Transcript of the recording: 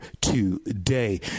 today